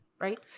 Right